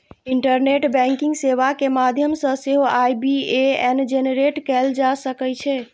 internet banking सेवा के माध्यम सं सेहो आई.बी.ए.एन जेनरेट कैल जा सकै छै